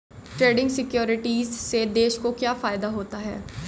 Trading securities से देश को क्या फायदा होता है?